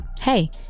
hey